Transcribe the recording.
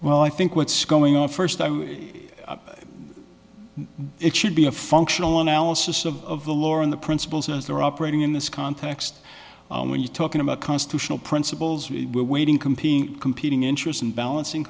well i think what's going on first time it should be a functional analysis of the lore in the principles as they're operating in this context when you're talking about constitutional principles we waiting competing competing interests and balancing